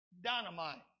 Dynamite